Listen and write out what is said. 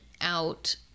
out